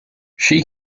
she